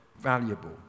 valuable